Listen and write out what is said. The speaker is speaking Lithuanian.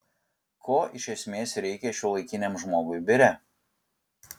ko iš esmės reikia šiuolaikiniam žmogui biure